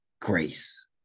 grace